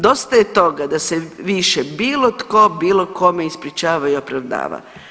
Dosta je toga da se više bilo tko bilo kome ispričava i opravdava.